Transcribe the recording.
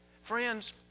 Friends